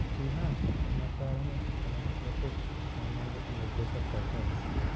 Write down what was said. जी हाँ समाचारों में सांस्कृतिक सामाजिक मुद्दे पर चर्चा होती है